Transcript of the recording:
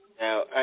Now